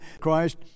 Christ